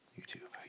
YouTube